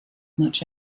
much